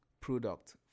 product